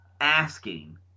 asking